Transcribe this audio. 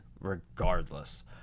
regardless